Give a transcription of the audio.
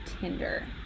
Tinder